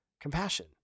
compassion